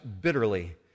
bitterly